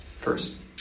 First